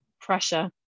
pressure